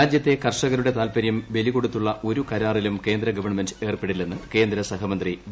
രാജ്യത്തെ കർഷകരുട്ടെ താൽപ്പരൃം ബലികൊടുത്തുള്ള ന് ഒരു കരാറിലും ക്ട്രേന്ദ്ര ഗവൺമെന്റ് ഏർപ്പെടില്ലെന്ന് കേന്ദ്ര സഹമന്ത്രി വി